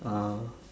ah